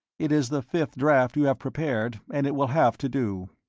it is the fifth draft you have prepared and it will have to do.